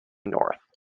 north